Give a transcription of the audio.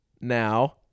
now